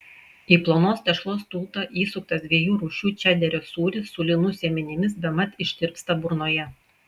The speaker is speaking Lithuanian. į plonos tešlos tūtą įsuktas dviejų rūšių čederio sūris su linų sėmenimis bemat ištirpsta burnoje